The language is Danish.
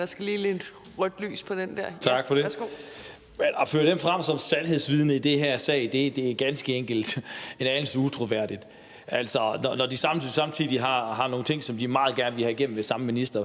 Lars Boje Mathiesen (NB): Tak for det. Men at føre den frem som et sandhedsvidne i den her sag er ganske enkelt en anelse utroværdigt. Når man samtidig har nogle ting, som man meget gerne vil have igennem ved den samme minister,